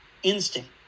instinct